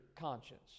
conscience